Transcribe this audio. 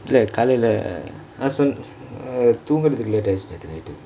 black கழைலனா சொன்~ தூங்குரதற்கு :kalaila naa son~ thungkrathukku late எந்திருச்சுட்டேன் நேத்து:enthrichutten nethu night